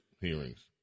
hearings